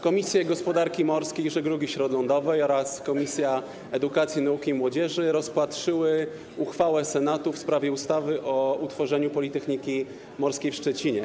Komisja Gospodarki Morskiej i Żeglugi Śródlądowej oraz Komisja Edukacji Nauki i Młodzieży rozpatrzyły uchwałę Senatu w sprawie ustawy o utworzeniu Politechniki Morskiej w Szczecinie.